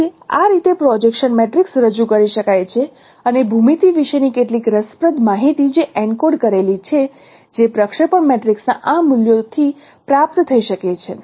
તેથી આ રીતે પ્રોજેક્શન મેટ્રિક્સ રજૂ કરી શકાય છે અને ભૂમિતિ વિશેની કેટલીક રસપ્રદ માહિતી જે એન્કોડ કરેલી છે જે પ્રક્ષેપણ મેટ્રિક્સના આ મૂલ્યોથી પ્રાપ્ત થઈ શકે છે